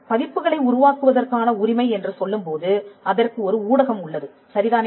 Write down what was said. எனவே பதிப்புகளை உருவாக்குவதற்கான உரிமை என்று சொல்லும்போது அதற்கு ஒரு ஊடகம் உள்ளது சரிதானே